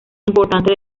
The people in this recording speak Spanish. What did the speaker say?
importante